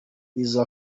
izzo